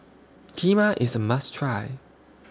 Kheema IS A must Try